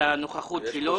הנוכחות שלו.